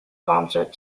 concert